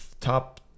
top